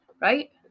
right